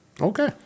Okay